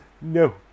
No